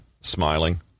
smiling